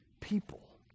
people